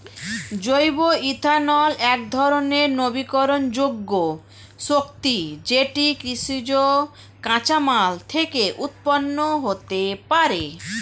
জৈব ইথানল একধরণের নবীকরণযোগ্য শক্তি যেটি কৃষিজ কাঁচামাল থেকে উৎপন্ন হতে পারে